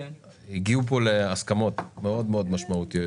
הגיעו כאן להסכמות מאוד מאוד משמעותיות